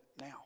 now